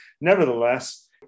nevertheless